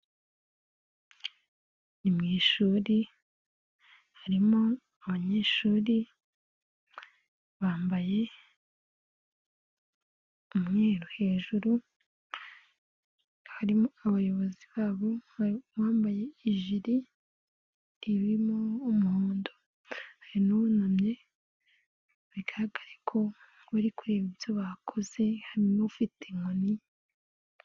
Ni mu ishuri harimo abanyeshuri bambaye umweru hejuru, harimo abayobozi babo hari uwambaye ijiri ririmo umuhondo, hari n'uwunamye bigaragare ko bari kureba ibyo bakoze hari n'ufite inkoni.